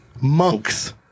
Monks